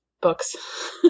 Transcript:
books